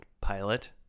Pilot